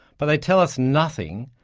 but they tell us nothing,